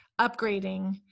Upgrading